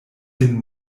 sin